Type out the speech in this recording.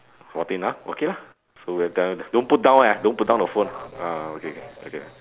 fourteen ah okay lah so we're done with don't put down eh don't put down the phone ah okay okay okay